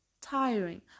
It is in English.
tiring